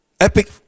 epic